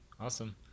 Awesome